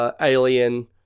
alien